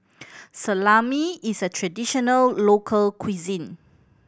salami is a traditional local cuisine